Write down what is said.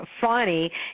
funny